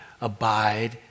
abide